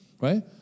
right